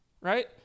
right